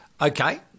Okay